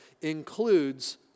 includes